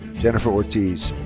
jennifer ortiz.